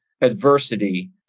adversity